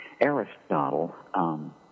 Aristotle